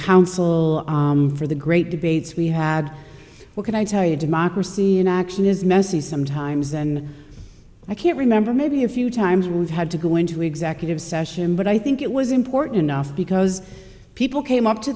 council for the great debates we had well can i tell you democracy in action is messy sometimes and i can't remember maybe a few times we've had to go into executive session but i think it was important enough because people came up to